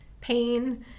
pain